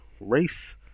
race